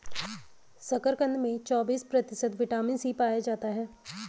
शकरकंद में चौबिस प्रतिशत विटामिन सी पाया जाता है